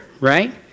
right